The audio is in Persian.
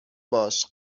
باش